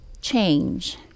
change